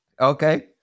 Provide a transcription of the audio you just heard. Okay